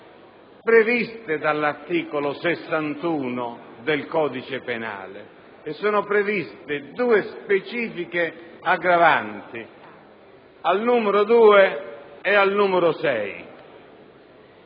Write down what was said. previste dall'articolo 61 del codice penale. Sono previste due specifiche aggravanti al numero 2) e al numero 6).